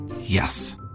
Yes